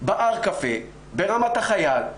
בארקפה ברמת החייל,